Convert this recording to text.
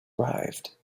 arrived